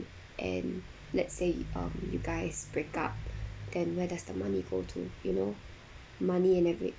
and let's say um you guys break up then where does the money go to you know money and